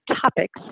topics